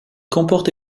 comporte